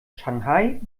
shanghai